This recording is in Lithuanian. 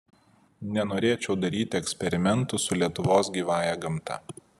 nenorėčiau daryti eksperimentų su lietuvos gyvąja gamta